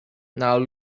now